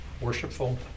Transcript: worshipful